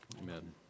Amen